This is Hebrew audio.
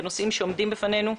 בנושאים שעומדים בפנינו.